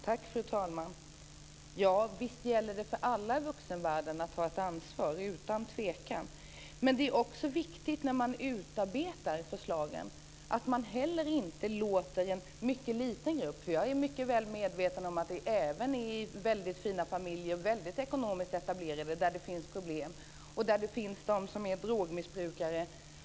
Fru talman! Ja, visst gäller det utan tvivel för alla i vuxenvärlden att ta ett ansvar. Jag är väl medveten om att det även finns problem i mycket väl ekonomiskt etablerade och fina familjer och att de kan få barn som är drogmissbrukare.